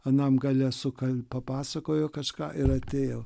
anam gale sukal papasakojo kažką ir atėjo